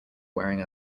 wearing